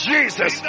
Jesus